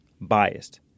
biased